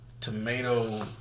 tomato